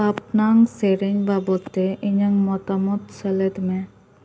ᱯᱟᱯᱱᱟᱝ ᱥᱮᱨᱮᱧ ᱵᱚᱫᱚᱞᱛᱮ ᱤᱧᱟᱹᱜ ᱢᱚᱛᱟᱢᱚᱛ ᱥᱮᱞᱮᱫ ᱢᱮ